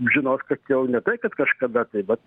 žinos kad jau ne tai kad kažkada tai bet